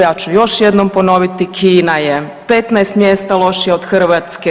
Ja ću još jednom ponoviti Kina je 15 mjesta lošija od Hrvatske.